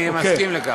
אני מסכים לכך.